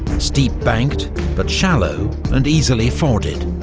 steep-banked but shallow and easily forded.